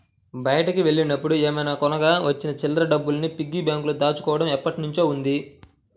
బయటికి వెళ్ళినప్పుడు ఏమైనా కొనగా వచ్చిన చిల్లర డబ్బుల్ని పిగ్గీ బ్యాంకులో దాచుకోడం ఎప్పట్నుంచో ఉంది